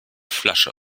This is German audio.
flasche